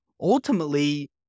ultimately